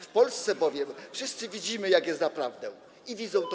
W Polsce bowiem wszyscy widzimy, jak jest naprawdę, i widzą to.